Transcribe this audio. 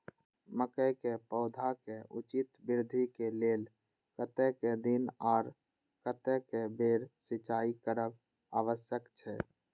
मके के पौधा के उचित वृद्धि के लेल कतेक दिन आर कतेक बेर सिंचाई करब आवश्यक छे?